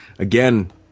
Again